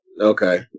Okay